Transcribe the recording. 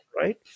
right